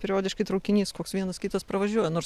periodiškai traukinys koks vienas kitas pravažiuoja nors